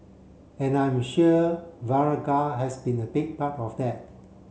and I'm sure Viagra has been a big part of that